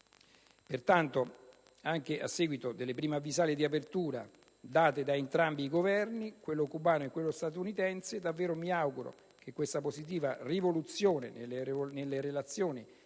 Pertanto, anche a seguito delle prime avvisaglie di apertura date da entrambi i Governi, quello cubano e quello statunitense, davvero mi auguro che questa positiva rivoluzione nelle relazioni